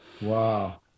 Wow